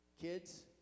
Kids